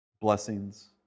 Blessings